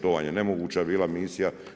To vam je nemoguća bila misija.